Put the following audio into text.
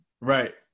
Right